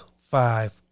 five